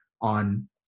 on